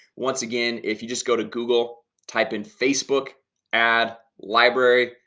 once again, if you just go to google type in facebook ad library,